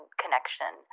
connection